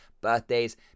birthdays